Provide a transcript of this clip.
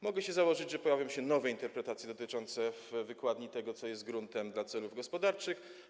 Mogę się założyć, że pojawią się nowe interpretacje, wykładnie tego, co jest gruntem dla celów gospodarczych.